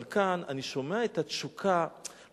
אבל כאן אני שומע את התשוקה לומר,